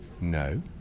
No